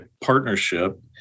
partnership